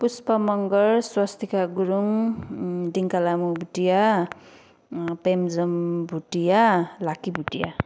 Pushpa Magar Swastika Gurung Diklamu Bhutia Pemjong Bhutia Lucky Bhutia